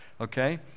okay